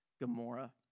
Gomorrah